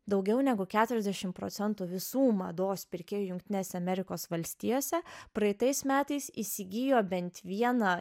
daugiau negu keturiasdešim procentų visų mados pirkėjų jungtinėse amerikos valstijose praeitais metais įsigijo bent vieną